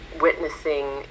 witnessing